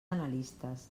analistes